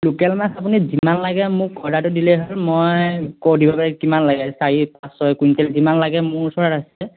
local মাছ আপুনি যিমান লাগে মোক অৰ্ডাৰটো দিলেই হ'ল মই কৈ দিব পাৰিম কিমান লাগে চাৰি পাঁচ ছয় কুইণ্টেল যিমান লাগে মোৰ ওচৰত আছে